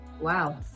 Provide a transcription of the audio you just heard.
wow